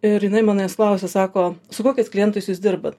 ir jinai manęs klausia sako su kokiais klientais jūs dirbat